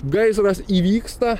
gaisras įvyksta